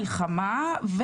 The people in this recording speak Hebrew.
מלחמה,